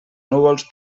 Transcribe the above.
núvols